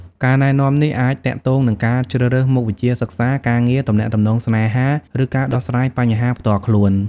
ការណែនាំនេះអាចទាក់ទងនឹងការជ្រើសរើសមុខវិជ្ជាសិក្សា ការងារ ទំនាក់ទំនងស្នេហា ឬការដោះស្រាយបញ្ហាផ្ទាល់ខ្លួន។